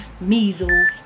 measles